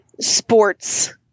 sports